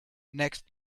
next